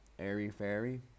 airy-fairy